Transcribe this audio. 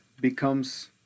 becomes